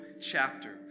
chapter